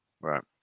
right